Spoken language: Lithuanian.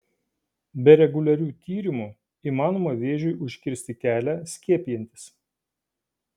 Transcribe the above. be reguliarių tyrimų įmanoma vėžiui užkirsti kelią skiepijantis